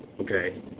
Okay